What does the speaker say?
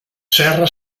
serra